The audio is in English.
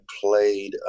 played